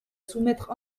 soumettre